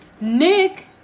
Nick